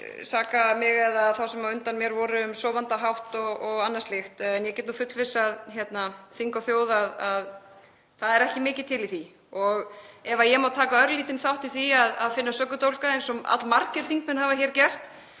saka mig eða þá sem á undan mér voru um sofandahátt og annað slíkt. En ég get fullvissað þing og þjóð um að það er ekki mikið til í því. Og ef ég má taka örlítinn þátt í því að finna sökudólga eins og allmargir þingmenn hafa hér gert